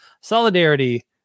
solidarity